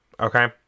okay